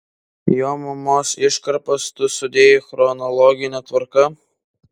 jo mamos iškarpas tu sudėjai chronologine tvarka